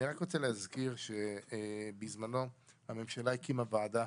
אני רק רוצה להזכיר שבזמנו הממשלה הקימה ועדה,